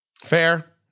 Fair